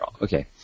Okay